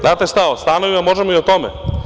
Znate šta o stanovima, možemo i o tome.